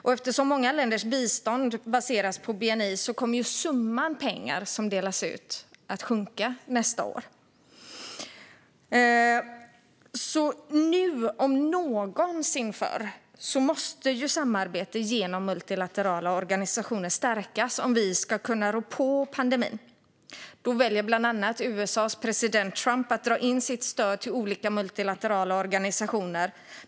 Och eftersom många länders bistånd baseras på bni kommer den summa pengar som delas ut att minska nästa år. Nu om någonsin måste därför samarbete genom multilaterala organisationer stärkas om vi ska kunna rå på pandemin. Då väljer bland andra USA:s president Trump att dra in sitt stöd till olika multilaterala organisationer.